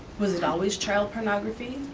was it always child pornography?